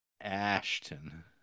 Ashton